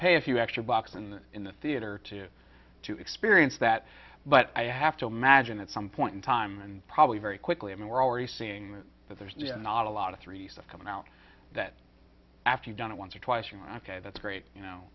pay a few extra bucks and in the theater to to experience that but i have to imagine at some point in time and probably very quickly i mean we're already seeing that there's not a lot of three stuff coming out that after you've done it once or twice you like a that's great you know